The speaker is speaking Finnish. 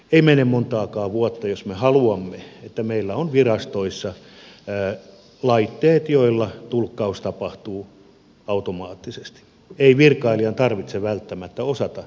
ei mene montaakaan vuotta kun jos me haluamme meillä on virastoissa laitteet joilla tulkkaus tapahtuu automaattisesti ei virkailijan tarvitse välttämättä osata ruotsia